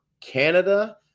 canada